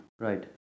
Right